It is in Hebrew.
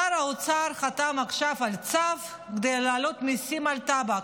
שר האוצר חתם עכשיו על צו כדי להעלות מיסים על טבק.